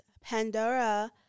Pandora